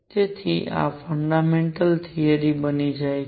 તેથી આ fundamental theory બની જાય છે